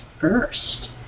first